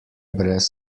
brez